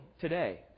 today